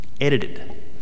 edited